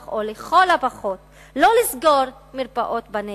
צריך לפתוח או לכל הפחות לא לסגור מרפאות בנגב,